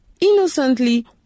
innocently